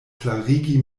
klarigi